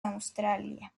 australia